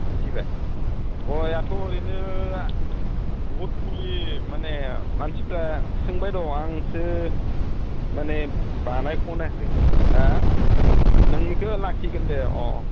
मिथिबाय गयआथ' ओरैनो बुहुद फुलि माने मानसिफ्रा सोंबाय दं आंसो माने बानाय खनोहायाखै हा नोंनिखो लाखिगोन दे अ